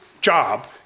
job